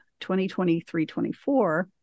2023-24